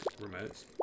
remotes